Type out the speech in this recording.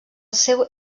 seu